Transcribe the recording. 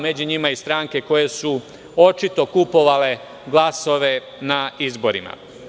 Među njima su i stranke koje su očito kupovale glasove na izborima.